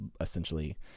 essentially